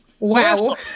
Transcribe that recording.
Wow